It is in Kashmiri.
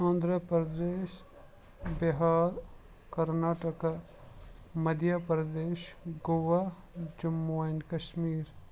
آنٛدھرا پردیش بِہار کَرناٹکا مدھیہ پَردیش گوٚوا جموں اینٛڈ کشمیٖر